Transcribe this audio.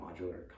modular